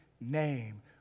name